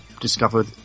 discovered